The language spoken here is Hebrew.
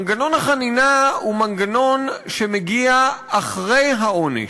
מנגנון החנינה הוא מנגנון שמגיע אחרי העונש.